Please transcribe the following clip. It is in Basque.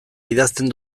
idazten